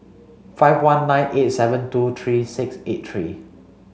five one nine eight seven two three six eight three